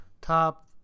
top